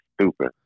stupid